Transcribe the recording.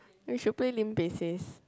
we should play Lim-Beh says